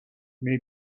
may